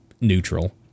neutral